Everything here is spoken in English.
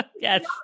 Yes